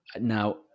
Now